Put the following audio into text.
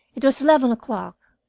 it was eleven o'clock,